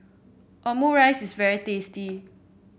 omurice is very tasty